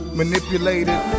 manipulated